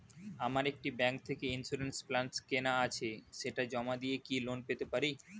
আমার একটি ব্যাংক থেকে ইন্সুরেন্স প্ল্যান কেনা আছে সেটা জমা দিয়ে কি লোন পেতে পারি?